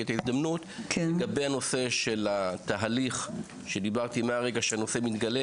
את ההזדמנות לגבי הנושא של התהליך שדיברתי מהרגע שנושא מתגלה,